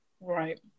Right